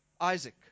Isaac